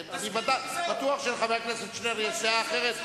אני בטוח שלחבר הכנסת שנלר יש דעה אחרת,